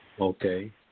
Okay